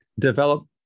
develop